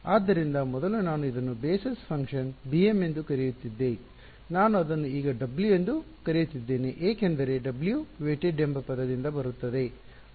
ಆದ್ದರಿಂದ ಮೊದಲು ನಾನು ಇದನ್ನು ಬೇಸಸ್ ಫಂಕ್ಷನ್ bm ಎಂದು ಕರೆಯುತ್ತಿದ್ದೆ ನಾನು ಅದನ್ನು ಈಗ W ಎಂದು ಕರೆಯುತ್ತಿದ್ದೇನೆ ಏಕೆಂದರೆ W ವೆಟೆಡ್ ಎಂಬ ಪದದಿಂದ ಬರುತ್ತಿದೆ